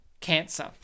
Cancer